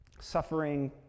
suffering